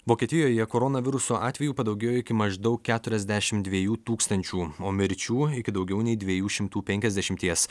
vokietijoje koronaviruso atvejų padaugėjo iki maždaug keturiasdešimt dviejų tūkstančių o mirčių iki daugiau nei dviejų šimtų penkiasdešimties